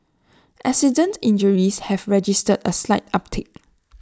accident injuries have registered A slight uptick